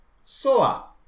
Soa